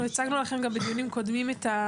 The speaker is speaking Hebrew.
אנחנו הצגנו לכם כבר בדיונים אחרים,